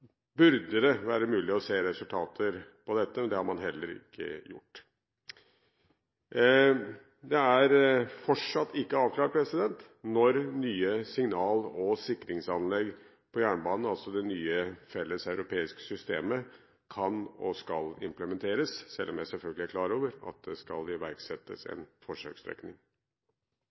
være mulig å se resultater av dette. Det har man ikke gjort. Det er fortsatt ikke avklart når nye signal- og sikringsanlegg på jernbanen, altså det nye felleseuropeiske systemet, kan og skal implementeres – selv om jeg selvfølgelig er klar over at det skal iverksettes en forsøksstrekning.